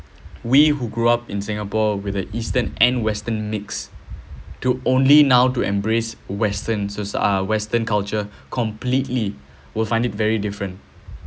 we who grew up in singapore with an eastern and western mix to only now to embrace western so~ uh western culture completely will find it very different